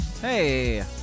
Hey